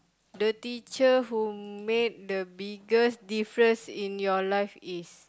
the teacher who made the biggest difference in your life is